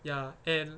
ya and